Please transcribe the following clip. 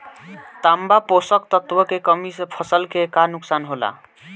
तांबा पोषक तत्व के कमी से फसल के का नुकसान होला?